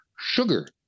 sugar